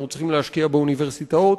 צריכים להשקיע באוניברסיטאות,